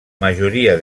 majoria